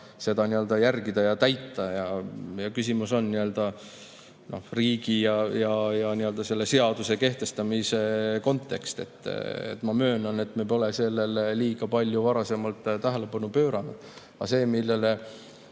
seda järgida ja täita. Küsimus on riigi ja selle seaduse kehtestamise kontekstis. Ma möönan, et me pole sellele varem liiga palju tähelepanu pööranud. Aga see, millele